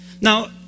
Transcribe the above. Now